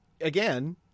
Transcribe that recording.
again